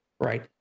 right